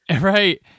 Right